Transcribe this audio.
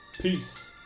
Peace